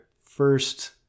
first